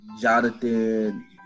Jonathan